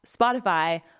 Spotify